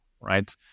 right